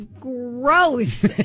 gross